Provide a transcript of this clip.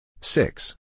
Six